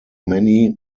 many